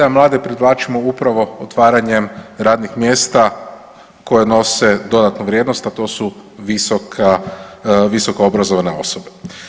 A mlade privlačimo upravo otvaranjem radnih mjesta koje nose dodatnu vrijednost, a to su visoka, visoko obrazovana osoba.